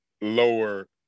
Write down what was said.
lower